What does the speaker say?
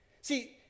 See